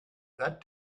that